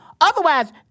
Otherwise